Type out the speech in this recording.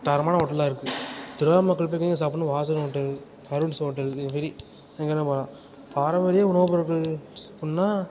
தரமான ஹோட்டலாக இருக்குது திருவாரூர் மக்கள் போய் எங்கெங்க சாப்பிட்ணும் வாசன் ஹோட்டல் அருண்ஸ் ஹோட்டல் இதுமாரி எங்கே வேணாலும் போலாம் பாரம்பரிய உணவுப் பொருட்கள் ஸ் அப்புடின்னா